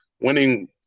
winning